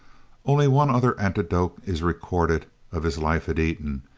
only one other anecdote is recorded of his life at eton,